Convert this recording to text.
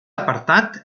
apartat